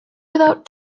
without